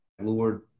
Lord